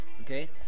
okay